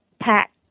pack